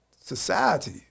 society